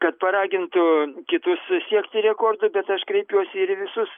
kad paragintų kitus siekti rekordų bet aš kreipiuosi ir į visus